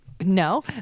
No